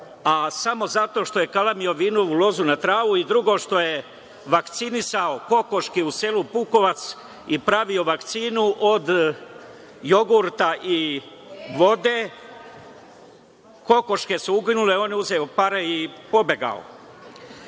a samo zato što je kalemio vinovu lozu na travu i drugo što je vakcinisao kokoške u selu Pukovac i pravio vakcinu od jogurta i vode. Kokoške su uginule, on je uzeo pare i